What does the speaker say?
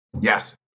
Yes